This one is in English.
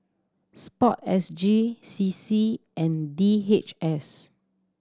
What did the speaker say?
Sport S G C C and D H S